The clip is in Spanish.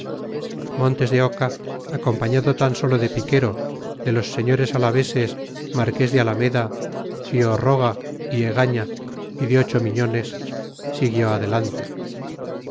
montes de oca acompañado tan sólo de piquero de los señores alaveses marqués de alameda ciorroga y egaña y de ocho miñones siguió adelante